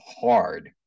hard